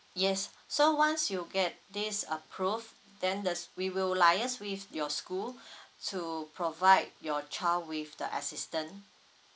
yes so once you get this approved then the s~ we will liaise with your school to provide your child with the assistance